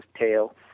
tail